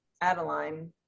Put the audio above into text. adeline